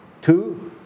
two